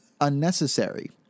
unnecessary